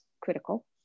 critical